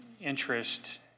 interest